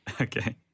Okay